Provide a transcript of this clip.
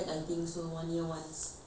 you don't have contract